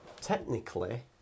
technically